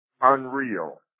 unreal